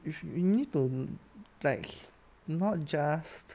if you need to like not just